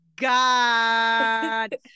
god